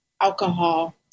alcohol